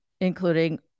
including